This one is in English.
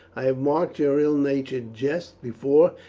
i have marked your ill natured jests before,